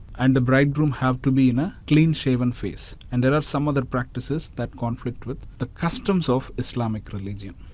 and the bridegroom have to be in a clean-shaven face, and there are some other practices that conflict with the customs of islamic religion.